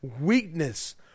weakness